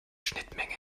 schnittmenge